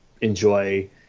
enjoy